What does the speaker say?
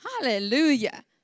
Hallelujah